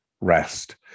rest